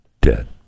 dead